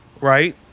right